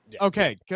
Okay